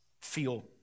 feel